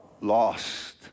lost